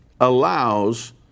allows